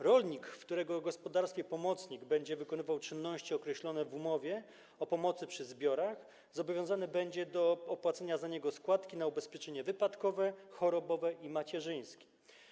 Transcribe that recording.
Rolnik, w którego gospodarstwie pomocnik będzie wykonywał czynności określone w umowie o pomocy przy zbiorach, zobowiązany będzie do opłacenia za niego składki na ubezpieczenia wypadkowe, chorobowe i macierzyńskie.